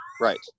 Right